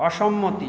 অসম্মতি